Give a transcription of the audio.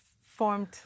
formed